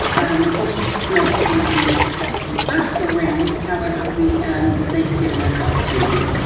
of course, most of them are going to be successful the first go-round however, we they do get another opportunity.